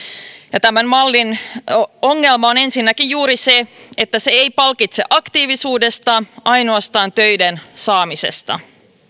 ja tämän mallin ongelma on ensinnäkin juuri se että se ei palkitse aktiivisuudesta ainoastaan töiden saamisesta